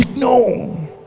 No